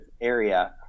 area